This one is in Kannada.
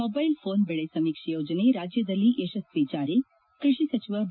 ಮೊದೈಲ್ ಪೋನ್ ಬೆಳೆ ಸಮೀಕ್ಷೆ ಯೋಜನೆ ರಾಜ್ಯದಲ್ಲಿ ಯಶಸ್ವಿ ಜಾರಿ ಕೃಷಿ ಸಚಿವ ಬಿ